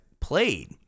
played